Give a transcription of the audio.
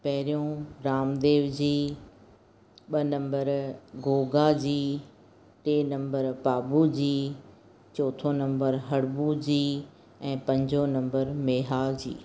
पहिरियों रामदेव जी ॿ नम्बर गोगा जी टे नम्बर बाबू जी चौथो नम्बर हड़बू जी ऐं पंजो नम्बर मेहा जी